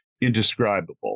indescribable